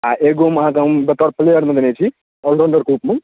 आ एगो मे अहाँके हम बतौर प्लेअरमे देने छी ऑलराउण्डरके रूपमे